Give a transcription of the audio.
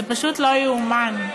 זה פשוט לא יאומן.